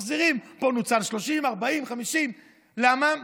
מחזירים, פה נוצל 30, 40, 50. למה?